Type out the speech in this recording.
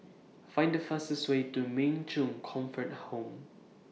Find The fastest Way to Min Chong Comfort Home